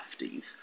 lefties